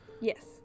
Yes